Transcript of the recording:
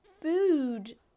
food